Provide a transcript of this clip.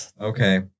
Okay